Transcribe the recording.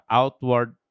outward